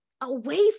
away